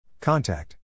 Contact